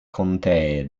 contee